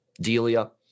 Delia